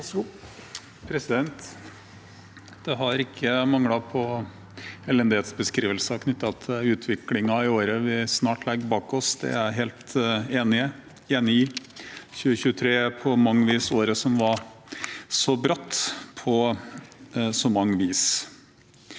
Det har ikke man- glet på elendighetsbeskrivelser knyttet til utviklingen i året vi snart legger bak oss. Det er jeg helt enig i. 2023 er på så mange vis året som var så bratt. La meg bare